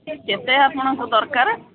କେତେ ଆପଣଙ୍କୁ ଦରକାର